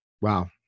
wow